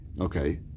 Okay